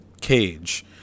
cage